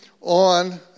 on